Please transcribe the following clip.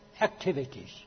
activities